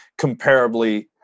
comparably